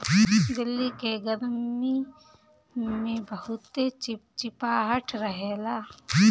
दिल्ली के गरमी में बहुते चिपचिपाहट रहेला